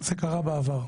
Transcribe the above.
זה קרה בעבר,